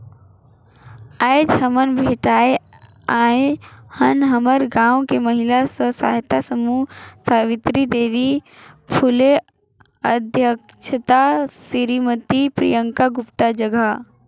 आयज हमन भेटाय आय हन हमर गांव के महिला स्व सहायता समूह सवित्री देवी फूले अध्यक्छता सिरीमती प्रियंका गुप्ता जघा